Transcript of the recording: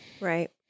Right